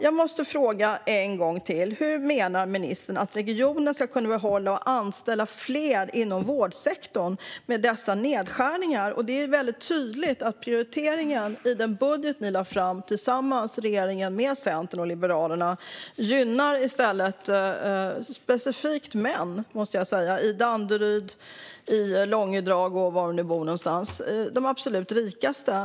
Jag måste fråga en gång till: Hur menar ministern att regioner ska kunna behålla och anställa fler inom vårdsektorn med dessa nedskärningar? Det är tydligt att prioriteringen i den budget som regeringen lagt fram tillsammans med Centern och Liberalerna är att gynna specifikt män i Danderyd, Långedrag eller var de nu bor - de absolut rikaste.